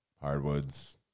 hardwoods